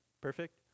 perfect